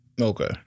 okay